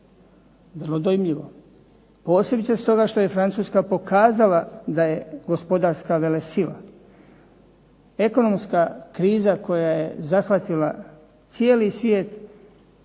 vrlo dojmljivo, posebice stoga što je Francuska pokazala da je gospodarska velesila. Ekonomska kriza koja je zahvatila cijeli svijet